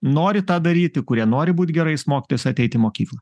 nori tą daryti kurie nori būt gerais mokytojais ateit į mokyklą